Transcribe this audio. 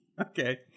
okay